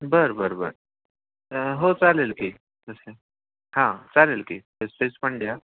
बरं बरं बरं हो चालेल की तसं हां चालेल की तेसच पण द्या